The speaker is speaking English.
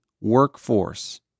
workforce